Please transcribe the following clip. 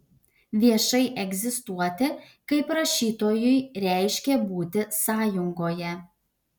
viešai egzistuoti kaip rašytojui reiškė būti sąjungoje